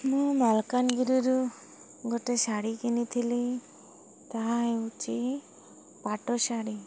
ମୁଁ ମାଲକାନଗିରିରୁ ଗୋଟେ ଶାଢ଼ୀ କିଣିଥିଲି ତାହା ହେଉଛି ପାଟ ଶାଢ଼ୀ